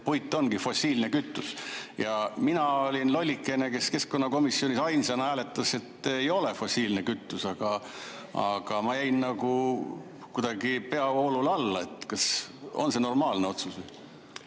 puit ongi fossiilne kütus ja mina olin lollikene, kes keskkonnakomisjonis ainsana hääletas, et ei ole fossiilne kütus. Ma jäin nagu kuidagi peavoolule alla. Kas see on normaalne otsus või?